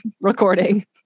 recording